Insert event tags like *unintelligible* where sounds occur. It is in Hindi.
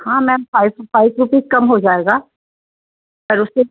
हाँ मैम फाइव फाइव रुपीज़ कम हो जाएगा *unintelligible*